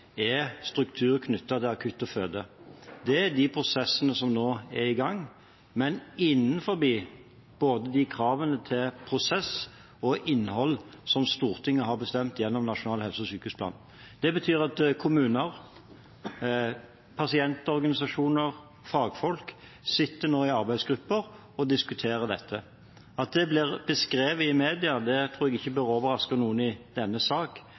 er struktur knyttet til akutt og føde. Det er de prosessene som nå er i gang, men innenfor de kravene til prosess og innhold som Stortinget har bestemt gjennom Nasjonal helse- og sykehusplan. Det betyr at kommuner, pasientorganisasjoner og fagfolk nå sitter i arbeidsgrupper og diskuterer dette. At det blir beskrevet i media, tror jeg ikke bør overraske noen i denne